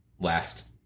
last